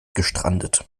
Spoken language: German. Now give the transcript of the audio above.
gestrandet